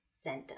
center